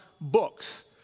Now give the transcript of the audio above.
books